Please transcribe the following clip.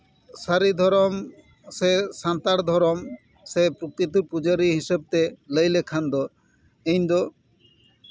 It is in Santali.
ᱥᱟᱹᱨᱤ ᱫᱷᱚᱨᱚᱢ ᱥᱮ ᱥᱟᱱᱛᱟᱲ ᱫᱷᱚᱨᱚᱢ ᱥᱮ ᱯᱨᱚᱠᱤᱛᱤ ᱯᱩᱡᱟᱹᱨᱤ ᱦᱤᱥᱟᱹᱵ ᱛᱮ ᱞᱟᱹᱭ ᱞᱮᱠᱷᱟᱱ ᱤᱧ ᱫᱚ